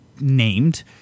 named